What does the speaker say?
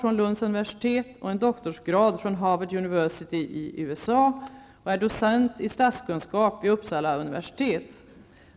Harvard University i USA och han är docent i statskunskap vid Uppsala universitet.